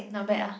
not bad ah